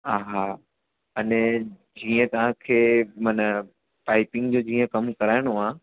हा हा अने जीअं तव्हांखे माना पाइपिंग जो जीअं कमु कराइणो आहे